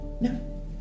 No